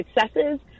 successes